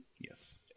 Yes